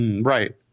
Right